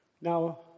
Now